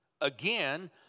Again